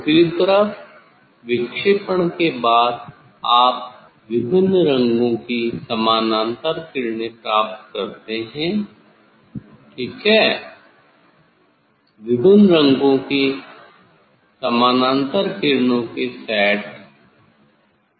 दूसरी तरफ विक्षेपण के बाद आप विभिन्न रंगों कि समानांतर किरणें प्राप्त करते हैं ठीक है विभिन्न रंगों की समानांतर किरणों के समुच्चय सेट